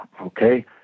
Okay